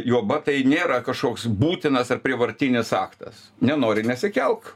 juoba tai nėra kažkoks būtinas ar prievartinis aktas nenori nesikelk